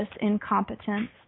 incompetence